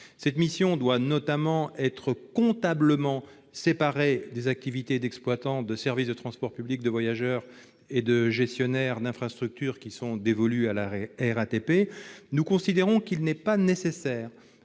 Ladite mission doit notamment être séparée sur le plan comptable des activités d'exploitant de service de transport public de voyageurs et de gestionnaire d'infrastructure dévolues à la RATP. Nous considérons qu'il n'est pas nécessaire